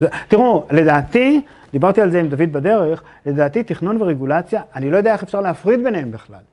תראו לדעתי, דיברתי על זה עם דוד בדרך, לדעתי טכנון ורגולציה אני לא יודע איך אפשר להפריד ביניהם בכלל.